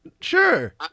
Sure